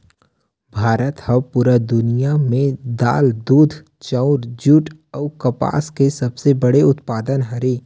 भारत हा पूरा दुनिया में दाल, दूध, चाउर, जुट अउ कपास के सबसे बड़े उत्पादक हरे